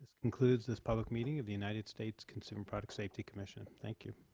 concludes this public meeting of the united states consumer product safety commission. thank you.